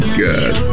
god